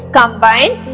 combine